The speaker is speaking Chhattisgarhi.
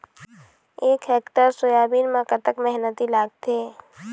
एक हेक्टेयर सोयाबीन म कतक मेहनती लागथे?